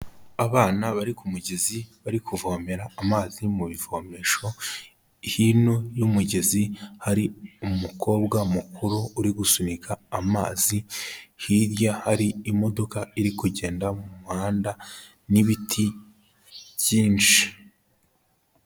Abana bari ku mugezi bari kuvomera amazi mu bivomesho, hino y'umugezi hari umukobwa mukuru uri gusunika amazi, hirya hari imodoka iri kugenda mu muhanda n'ibiti byinshi.